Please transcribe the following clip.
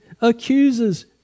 accuses